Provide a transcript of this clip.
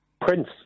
Prince